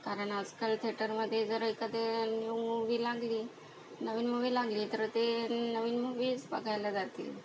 कारण आजकाल थेटरमध्ये जर एखादे न्यू मूवी लागली नवीन मूवी लागली तर ते नवीन मूवीच बघायला जातील